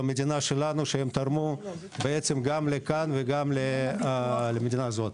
במדינה שלנו שהם תרמו גם למדינה הזו.